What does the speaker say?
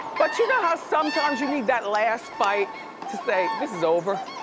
but you know how sometimes you need that last fight to say this is over?